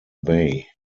bay